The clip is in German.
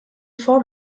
vor